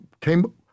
came